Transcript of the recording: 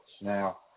Now